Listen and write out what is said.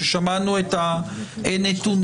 ששמענו את הנתונים,